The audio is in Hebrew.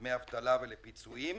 לדמי אבטלה ולפיצויים.